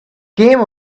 came